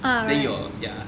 then you will ya